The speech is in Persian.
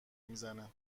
میزنه